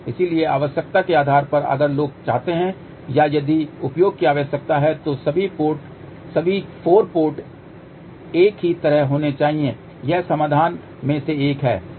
इसलिए आवश्यकता के आधार पर अगर लोग चाहते हैं या यदि उपयोग की आवश्यकता है तो सभी 4 पोर्ट एक ही तरफ होने चाहिए यह समाधान में से एक है